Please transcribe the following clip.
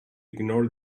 ignore